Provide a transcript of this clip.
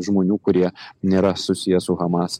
žmonių kurie nėra susiję su hamas